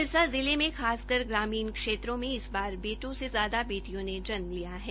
सिरसा जिले में खासकर ग्रामीण क्षेत्रों में बार बेटों से ज्यादा बेटियों ने जन्म लिया है